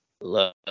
look